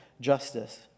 justice